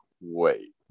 wait